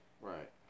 Right